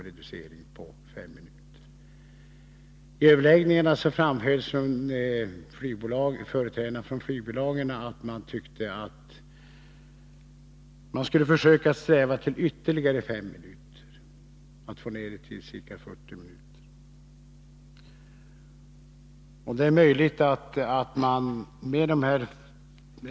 Vid överläggningarna framhölls också av företrädarna för flygbolagen att de tyckte att man skulle sträva efter att få ned körtiden med ytterligare 5 minuter.